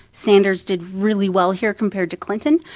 sanders did really well here compared to clinton.